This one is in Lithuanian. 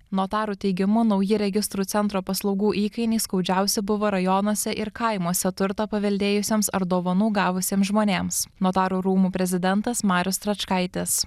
notarų teigimu nauji registrų centro paslaugų įkainiai skaudžiausi buvo rajonuose ir kaimuose turto paveldėjusiems ar dovanų gavusiems žmonėms notarų rūmų prezidentas marius stračkaitis